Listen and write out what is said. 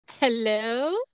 Hello